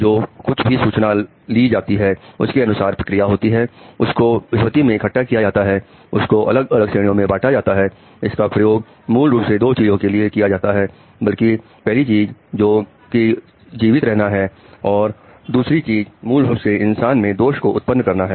जो कुछ भी सूचना ली जाती है उसके अनुसार प्रक्रिया होती है उसको स्मृति में इकट्ठा किया जाता है उसको अलग अलग श्रेणियों में बांटा जाता है और इसका प्रयोग मूल रूप से दो चीजों के लिए किया जाता है बल्कि पहली चीज जो कि जीवित रहना है और दूसरी चीज मूल रूप से इंसानों में दोष को उत्पन्न करना है